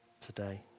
today